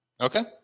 Okay